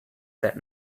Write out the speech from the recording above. said